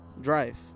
drive